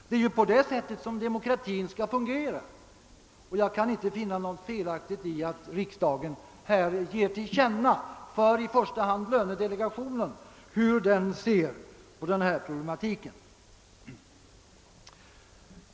Det är ju på det sättet som demokratin fungerar, och jag kan inte finna någonting felaktigt i att riksdagen här ger till känna hur i första hand lönedelegationen bör se på problematiken.